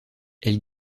elle